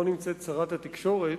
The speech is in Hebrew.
לא נמצאת שרת התקשורת.